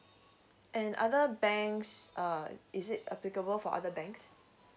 and other banks uh is it applicable for other banks